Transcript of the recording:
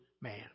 man